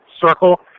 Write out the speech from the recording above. circle